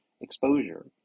exposure